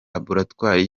laboratwari